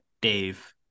Dave